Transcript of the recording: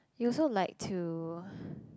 you also like to